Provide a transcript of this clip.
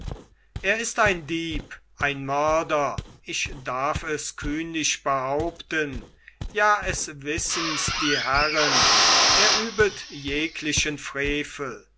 er ist ein dieb ein mörder ich darf es kühnlich behaupten ja es wissens die herren er übet jeglichen frevel